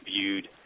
viewed